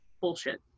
bullshit